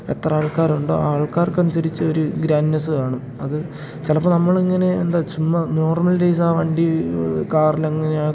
എത്രയാൾക്കാരുണ്ടോ ആൾക്കാർക്കനുസരിച്ചൊരു ഗ്രാൻ്റ്നെസ് കാണും അത് ചിലപ്പോൾ നമ്മളിങ്ങനെ എന്താ ചുമ്മാ നോർമൽ ഡെയ്സ് ആ വണ്ടി കാറിലങ്ങനെ